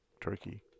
turkey